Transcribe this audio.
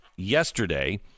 yesterday